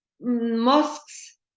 mosques